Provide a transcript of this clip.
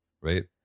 Right